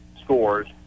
scores